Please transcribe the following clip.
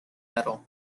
medal